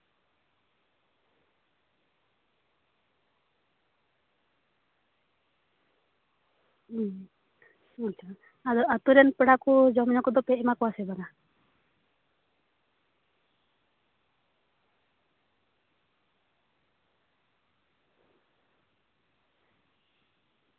ᱦᱩᱸ ᱟᱪᱪᱷᱟ ᱟᱫᱚ ᱟᱯᱮ ᱨᱮᱱ ᱯᱮᱲᱟ ᱠᱚ ᱡᱚᱢᱼᱧᱩ ᱠᱚᱫᱚ ᱯᱮ ᱮᱢᱟ ᱠᱚᱣᱟ ᱥᱮ ᱵᱟᱝᱟ